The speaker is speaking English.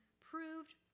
proved